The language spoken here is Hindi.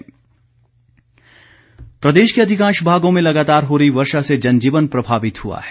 मौसम प्रदेश के अधिकांश भागों में लगातार हो रही वर्षा से जनजीवन प्रभावित हुआ है